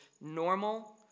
normal